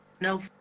No